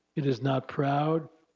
it is not proud,